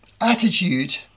attitude